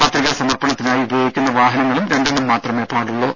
പത്രികാ സമർപ്പണത്തിനായി ഉപയോഗിക്കുന്ന വാഹനങ്ങളും രണ്ടെണ്ണം മാത്രമേ പാടുള്ളൂ